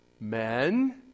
men